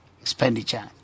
expenditure